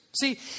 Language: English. See